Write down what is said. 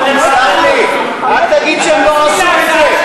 תסלח לי, אל תגיד שהם לא עשו את זה.